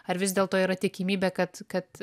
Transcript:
ar vis dėlto yra tikimybė kad kad